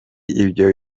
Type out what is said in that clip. ibyo